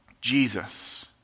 Jesus